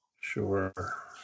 Sure